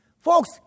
Folks